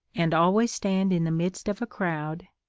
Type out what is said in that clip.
and always stand in the midst of a crowd,